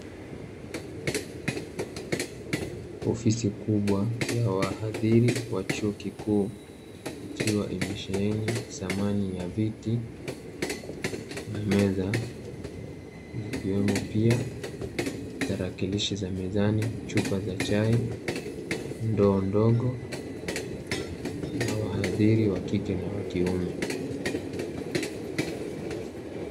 Ofisi kubwa ya wahadhiri wa chuo kikuu, ikiwa imesheheni samani ya viti na meza. Zikiwemo pia tarakilishi za mezani, chupa za chai, ndoo ndogo na wahadhiri wa kike na wa kiume.